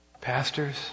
Pastors